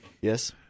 Yes